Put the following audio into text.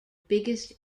biggest